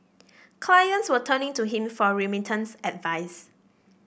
clients were turning to him for remittance advice